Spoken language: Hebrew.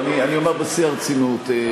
אז אני אומר בשיא הרצינות,